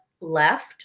left